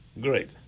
Great